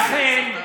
כל אזרחיה,